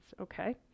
okay